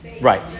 right